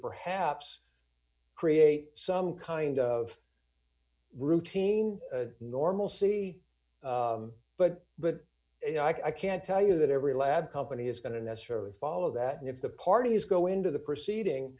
perhaps create some kind of routine normalcy but but you know i can't tell you that every lab company is going to necessarily follow that and if the parties go into the proceeding